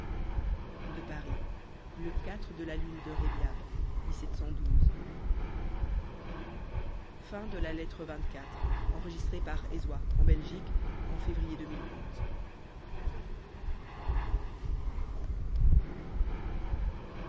de paris le de la lune de rebiab lettre